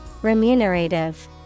Remunerative